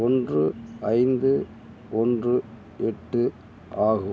ஒன்று ஐந்து ஒன்று எட்டு ஆகும்